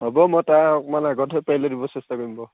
হ'ব মই তাৰ অকণমান আগতহে পাৰিলে দিব চেষ্টা কৰিম